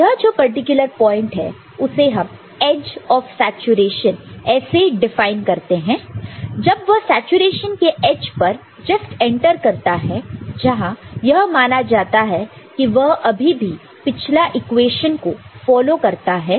तो यह जो पर्टिकुलर पॉइंट है उसे हम एज ऑफ सैचुरेशन ऐसे डिफाइन करते हैं जब वह सैचुरेशन के एज पर जस्ट एंटर करता है जहां यह माना जाता है कि वह अभी भी पिछला इक्वेशन को फॉलो करता है